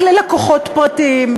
מ-14:00,